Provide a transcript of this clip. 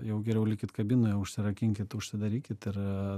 jau geriau likit kabinoje užsirakinkit užsidarykit ir